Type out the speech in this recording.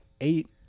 eight